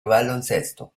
baloncesto